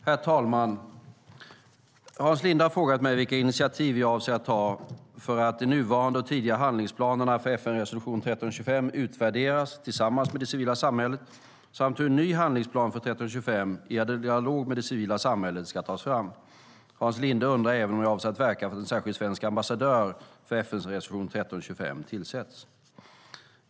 Herr talman! Hahns Linde har frågat mig vilka initiativ jag avser att ta för att de nuvarande och tidigare handlingsplanerna för FN-resolution 1325 utvärderas tillsammans med det civila samhället samt hur en ny handlingsplan för 1325, i dialog med det civila samhället, ska tas fram. Hans Linde undrar även om jag avser att verka för att en särskild svensk ambassadör för FN-resolution 1325 tillsätts.